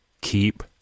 Keep